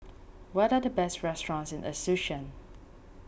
what are the best restaurants in Asuncion